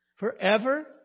Forever